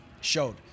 showed